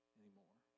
anymore